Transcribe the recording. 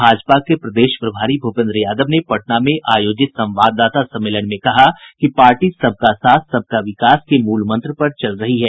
भाजपा के प्रदेश प्रभारी भूपेन्द्र यादव ने पटना में आयोजित संवाददाता सम्मेलन में कहा कि पार्टी सबका साथ सबका विकास के मूलमंत्र पर चल रही है